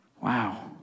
Wow